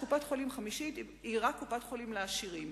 שקופת-חולים חמישית היא רק קופת-חולים לעשירים.